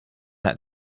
had